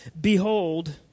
Behold